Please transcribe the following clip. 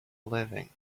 living